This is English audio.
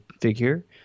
figure